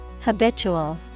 Habitual